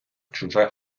чуже